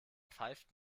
pfeift